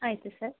ಆಯಿತು ಸರ್